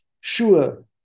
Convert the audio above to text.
sure